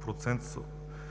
процент